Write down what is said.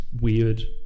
weird